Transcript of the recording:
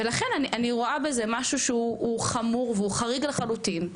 ולכן אני רואה בזה משהו שהוא חמור והוא חריג לחלוטין,